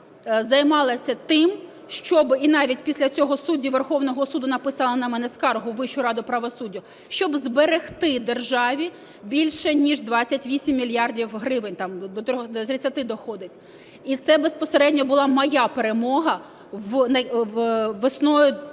займалася тим, і навіть після цього судді Верховного Суду написали на мене скаргу у Вищу раду правосуддя, щоб зберегти державі більше ніж 28 мільярдів гривень, там до 30 доходить. І це безпосередньо була моя перемога весною